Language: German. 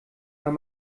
wenn